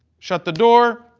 shut the door.